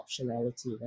optionality